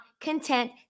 content